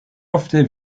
ofte